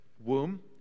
womb